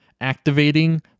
activating